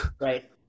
right